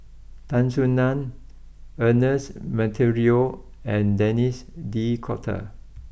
Tan Soo Nan Ernest Monteiro and Denis D'Cotta